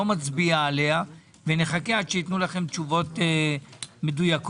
מצביע עליה ונחכה עד שייתנו לכם תשובות מדויקות,